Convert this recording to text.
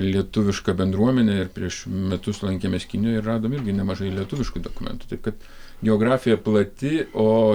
lietuviška bendruomenė ir prieš metus lankėmės kinijoje ir radom irgi nemažai lietuviškų dokumentų kad geografija plati o